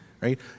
right